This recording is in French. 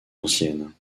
ancienne